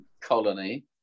colony